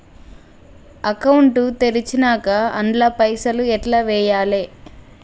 Account తెరిచినాక అండ్ల పైసల్ ఎట్ల వేయాలే?